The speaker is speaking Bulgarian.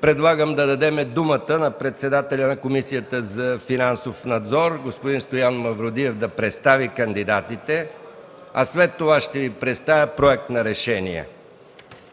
предлагам да дадем думата на председателя на Комисията за финансов надзор господин Стоян Мавродиев да представи кандидатите, а след това ще Ви представя проект на решение.